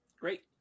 Great